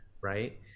right